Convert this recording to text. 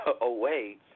away